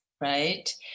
right